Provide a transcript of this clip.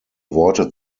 worte